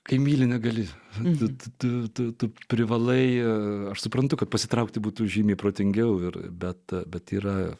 kai myli negali bet tu privalai ir aš suprantu kad pasitraukti būtų žymiai protingiau ir bet bet yra